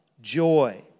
joy